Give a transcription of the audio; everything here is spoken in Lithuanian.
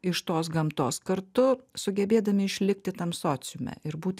iš tos gamtos kartu sugebėdami išlikti tam sociume ir būti